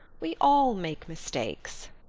we all make mistakes.